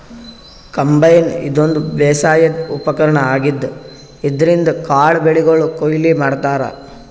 combine ಇದೊಂದ್ ಬೇಸಾಯದ್ ಉಪಕರ್ಣ್ ಆಗಿದ್ದ್ ಇದ್ರಿನ್ದ್ ಕಾಳ್ ಬೆಳಿಗೊಳ್ ಕೊಯ್ಲಿ ಮಾಡ್ತಾರಾ